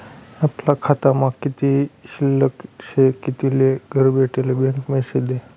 आपला खातामा कित्ली शिल्लक शे कित्ली नै घरबठीन बँक मेसेज देस